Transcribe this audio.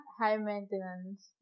high-maintenance